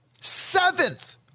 seventh